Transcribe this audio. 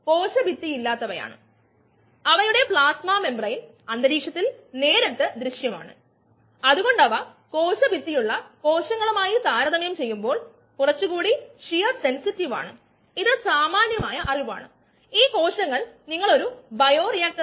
നമുക്ക് അതു പിന്നീട് നോക്കാം എന്നാൽ ഇപ്പോൾഅത് ഏത് രീതിയിൽ ആയാലും നമുക്ക് മനസിലാക്കാം അതുകൊണ്ട് കുഴപ്പമില്ല ഇത് കയ്നെറ്റിക് സമവാക്യത്തിന്റെ ഡെറിവേഷനെ ബാധിക്കില്ല